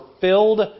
filled